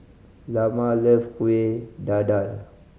Lamar love Kuih Dadar